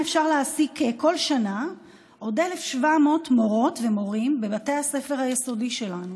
אפשר להעסיק כל שנה עוד 1,700 מורות ומורים בבתי הספר היסודי שלנו.